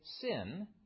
sin